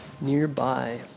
nearby